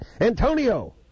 Antonio